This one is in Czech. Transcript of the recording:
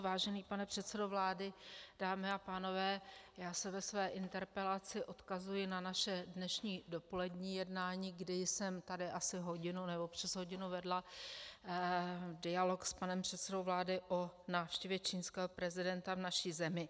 Vážený pane předsedo vlády, dámy a pánové, já se ve své interpelaci odkazuji na naše dnešní dopolední jednání, kdy jsem tady asi hodinu, nebo přes hodinu vedla dialog s panem předsedou vlády o návštěvě čínského prezidenta v naší zemi.